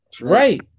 Right